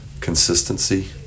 consistency